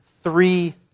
three